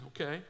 okay